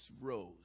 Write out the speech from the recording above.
rose